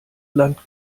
land